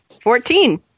fourteen